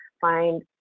find